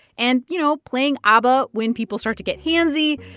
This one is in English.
and, you know, playing abba when people start to get handsy.